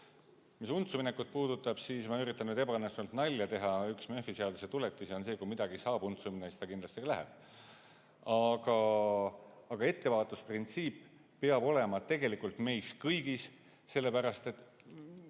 Mis untsu minekut puudutab, siis ma üritan nüüd ebaõnnestunult nalja teha, aga üks Murphy seaduse tuletis on: kui midagi saab untsu minna, siis ta kindlasti ka läheb. Aga ettevaatusprintsiip peab olema tegelikult meis kõigis, sellepärast et ...